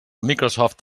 microsoft